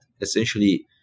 essentially